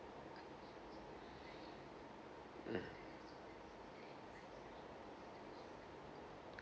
mm